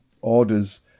orders